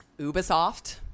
Ubisoft